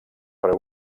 per